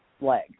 leg